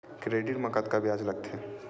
Credit मा कतका ब्याज लगथे?